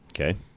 Okay